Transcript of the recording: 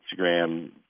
Instagram